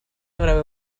avrebbe